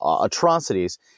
atrocities